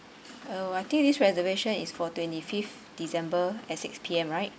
oh I think this reservation is for twenty fifth december at six P_M right